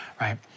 right